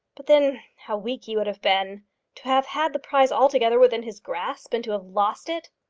but then how weak he would have been to have had the prize altogether within his grasp and to have lost it!